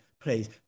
Please